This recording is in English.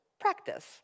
practice